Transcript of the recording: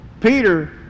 Peter